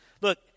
Look